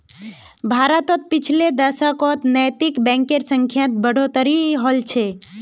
भारतत पिछले दशकत नैतिक बैंकेर संख्यात बढ़ोतरी हल छ